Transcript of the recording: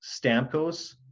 stamkos